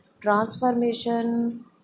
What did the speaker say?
transformation